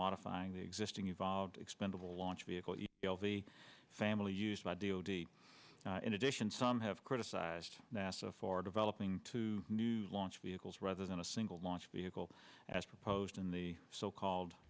modifying the existing evolved expendable launch vehicle the family used by d o t in addition some have criticized nasa for developing two new launch vehicles rather than a single launch vehicle as proposed in the so called